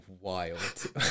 wild